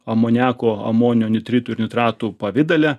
amoniako amonio nitritų ir nitratų pavidale